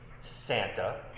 Santa